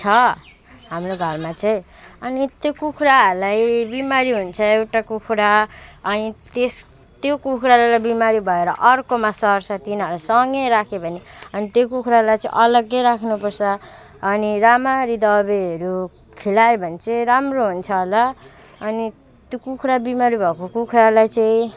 छ हाम्रो घरमा चाहिँ अनि त्यो कुखुराहरूलाई बिमारी हुन्छ एउटा कुखुरा अनि त्यस त्यो कुखुरालाई बिमारी भएर अर्कोमा सर्छ तिनीहरू सँगै राख्यो भने अनि त्यो कुखुरालाई चाहिँ अलगै राख्नुपर्छ अनि राम्ररी दबाईहरू खुवायो भने चाहिँ राम्रो हुन्छ होला अनि त्यो कुखुरा बिमारी भएको कुखुरालाई चाहिँ